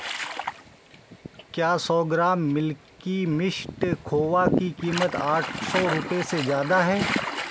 क्या सौ gram Milky Mist खोवा की कीमत आठ सौ रुपये से ज़्यादा है